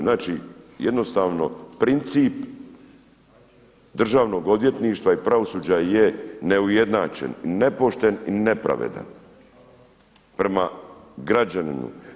Znači jednostavno princip državnog odvjetništva i pravosuđa je neujednačen, nepošten i nepravedan prema građaninu.